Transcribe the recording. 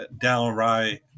downright